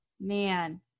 Man